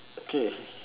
okay